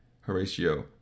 Horatio